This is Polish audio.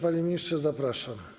Panie ministrze, zapraszam.